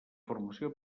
formació